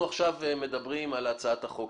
אנחנו מדברים עכשיו על הצעת החוק.